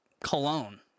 cologne